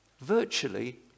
virtually